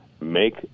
Make